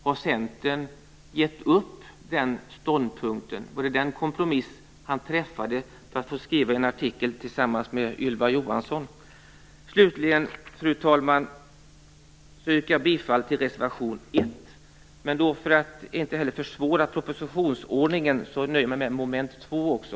Har Centern gett upp den ståndpunkten? Gjorde han den kompromissen för att få skriva en artikel tillsammans med Ylva Johansson? Till sist yrkar jag bifall till reservation 1, och för att jag inte skall försvåra propositionsordningen nöjer jag mig med mom. 2.